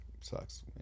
sucks